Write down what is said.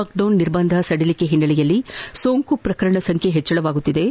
lockdown ನಿರ್ಬಂಧಗಳು ಸಡಿಲಿಕೆ ಒನ್ನೆಲೆಯಲ್ಲಿ ಸೋಂಕು ಪ್ರಕರಣಗಳ ಸಂಖ್ಯೆ ಹೆಚ್ಚಳವಾಗುತ್ತಿವೆ